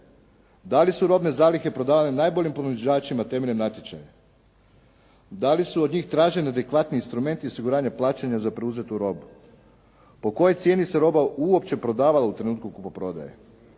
da li su robne zalihe prodavane najboljim ponuđačima temeljem natječaja? Da li su od njih traženi adekvatni instrumenti i osiguranje plaćanja za preuzetu robu? Po kojoj cijeni se roba uopće prodavala u trenutku kupoprodaje?